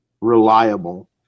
reliable